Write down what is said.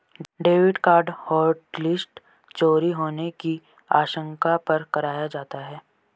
debit card hotlist चोरी होने की आशंका पर कराया जाता है